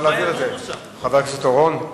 חבר הכנסת אורון?